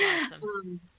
awesome